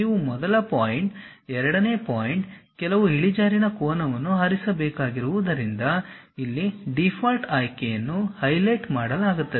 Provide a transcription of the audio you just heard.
ನೀವು ಮೊದಲ ಪಾಯಿಂಟ್ ಎರಡನೇ ಪಾಯಿಂಟ್ ಕೆಲವು ಇಳಿಜಾರಿನ ಕೋನವನ್ನು ಆರಿಸಬೇಕಾಗಿರುವುದರಿಂದ ಇಲ್ಲಿ ಡೀಫಾಲ್ಟ್ ಆಯ್ಕೆಯನ್ನು ಹೈಲೈಟ್ ಮಾಡಲಾಗುತ್ತದೆ